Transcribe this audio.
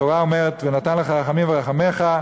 התורה אומרת "ונתן לך רחמים ורחמך".